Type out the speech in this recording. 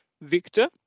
Victor